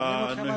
סליחה.